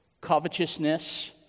covetousness